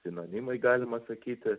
sinonimai galima sakyti